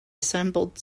assembled